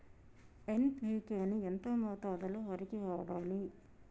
NPK ని ఎంత మోతాదులో వరికి వాడాలి?